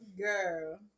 Girl